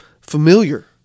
familiar